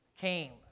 came